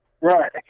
Right